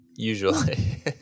Usually